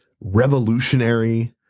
revolutionary